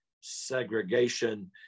segregation